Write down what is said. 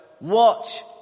watch